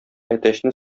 әтәчне